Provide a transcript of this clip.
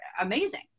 amazing